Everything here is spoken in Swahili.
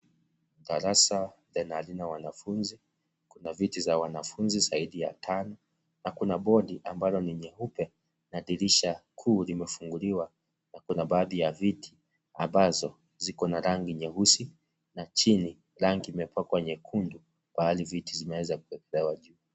Darasa tena halina wanafunzi, kuna viti za wanafunzi zaidi ya tano na kuna bodi ambalo ni nyeupe na dirisha kuu limefunguliwa na kuna baadhi ya viti ambazo zikona rangi nyeusi, na chini rangi imepakwa nyekundu pahali viti zimeweza kuekelewa juu.